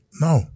No